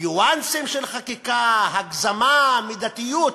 ניואנסים של חקיקה, הגזמה, מידתיות.